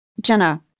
Jenna